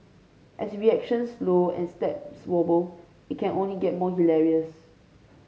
as reactions slow and steps wobble it can only get more hilarious